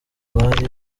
bari